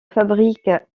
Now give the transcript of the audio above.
fabrique